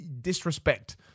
disrespect